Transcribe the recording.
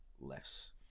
less